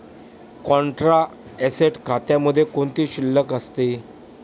Contra asset खात्यामध्ये कोणती शिल्लक असते?